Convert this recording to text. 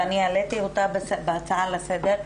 ואני העליתי אותה בהצעה לסדר,